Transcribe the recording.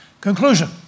Conclusion